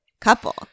couple